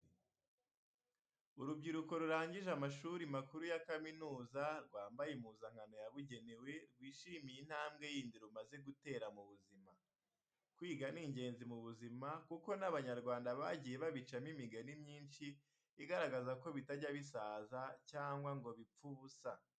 Urubyiruko rurangije amashuri makuru ya kaminuza, rwambaye impuzankano yabugenewe, rwishimiye intambwe yindi rumaze gutera mu buzima. Kwiga ni ingenzi mu buzima kuko n'Abanyarwanda bagiye babicamo imigani myinshi igaragaza ko bitajya bisaza cyangwa ngo bipfe ubusa.